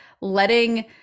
letting